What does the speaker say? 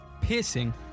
piercing